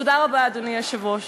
תודה רבה, אדוני היושב-ראש.